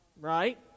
right